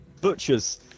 butchers